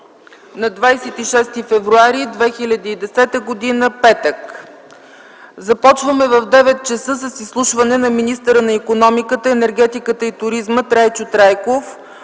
на 26 февруари 2010 г., петък. Започваме в 9,00 ч. с изслушване на министъра на икономиката, енергетиката и туризма Трайчо Трайков